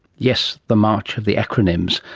yes, the march of the acronyms.